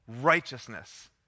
righteousness